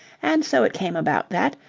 and so it came about that,